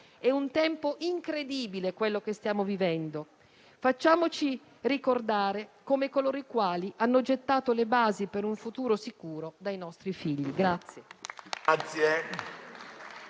È un tempo incredibile quello che stiamo vivendo; facciamoci ricordare come coloro i quali hanno gettato le basi per un futuro sicuro dei nostri figli.